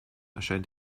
erscheint